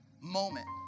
moment